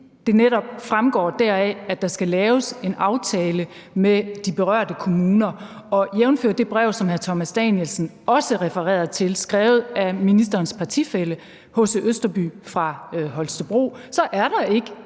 for det fremgår netop deraf, at der skal laves en aftale med de berørte kommuner. Og jævnfør det brev, som hr. Thomas Danielsen også refererede til, skrevet af ministerens partifælle H.C. Østerby fra Holstebro, så er der ikke